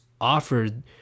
offered